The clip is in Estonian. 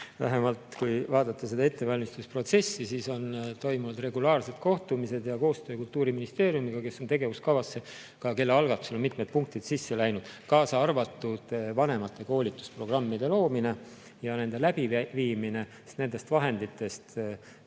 Vähemalt kui vaadata seda ettevalmistusprotsessi, siis on toimunud regulaarsed kohtumised ja koostöö Kultuuriministeeriumiga, kelle algatusel on tegevuskavasse mitmed punktid sisse läinud, kaasa arvatud vanemate koolitusprogrammide loomine ja nende läbiviimine nende vahendite abil,